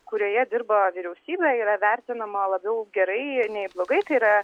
kurioje dirba vyriausybė yra vertinama labiau gerai nei blogai tai yra